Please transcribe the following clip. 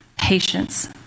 Patience